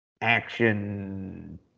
Action